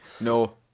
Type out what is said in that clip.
no